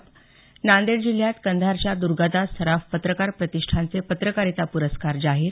त नांदेड जिल्ह्यात कंधारच्या दुर्गादास सराफ पत्रकार प्रतिष्ठानचे पत्रकारिता प्रस्कार जाहीर